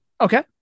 Okay